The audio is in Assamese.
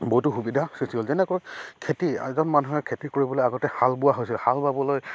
বহুতো সুবিধা সৃষ্টি হ'ল যেনেকৈ খেতি এজন মানুহে খেতি কৰিবলৈ আগতে হাল বোৱা হৈছিল হাল বাবলৈ